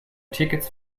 tickets